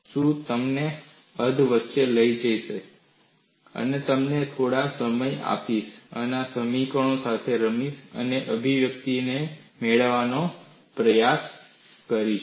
હું તમને અધવચ્ચે લઈ જઈશ તમને થોડો સમય આપીશ અને આ સમીકરણો સાથે રમીશ અને અભિવ્યક્તિ મેળવવાનો પ્રયાસ કરીશ